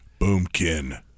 Boomkin